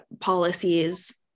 policies